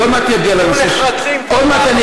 תהיו נחרצים, איך להתחיל.